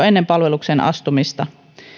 ennen palvelukseen astumista